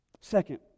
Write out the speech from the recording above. Second